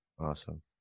awesome